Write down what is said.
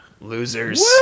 Losers